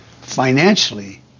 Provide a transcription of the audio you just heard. financially